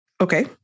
Okay